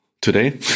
today